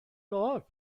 dod